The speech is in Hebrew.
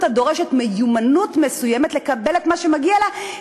הדורשת מיומנות מסוימת לקבל את מה שמגיע להם,